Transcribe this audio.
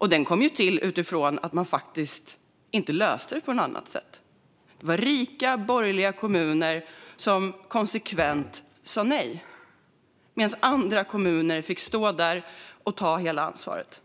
Lagen infördes därför att man faktiskt inte löste situationen på annat sätt. Rika, borgerliga kommuner sa konsekvent nej, medan andra kommuner fick ta hela ansvaret.